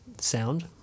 sound